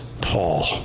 Paul